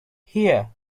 here